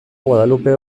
guadalupe